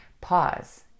pause